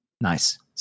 Nice